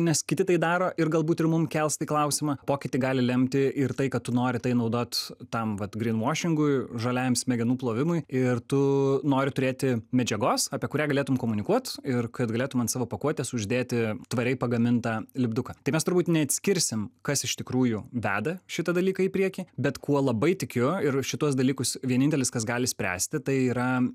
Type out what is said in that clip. nes kiti tai daro ir galbūt ir mums kels tai klausimą pokytį gali lemti ir tai kad tu nori tai naudot tam vat grynvošingui žaliajam smegenų plovimui ir tu nori turėti medžiagos apie kurią galėtum komunikuot ir kad galėtum ant savo pakuotės uždėti tvariai pagamintą lipduką tai mes turbūt neatskirsim kas iš tikrųjų veda šitą dalyką į priekį bet kuo labai tikiu ir šituos dalykus vienintelis kas gali spręsti tai yra